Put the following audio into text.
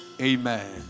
amen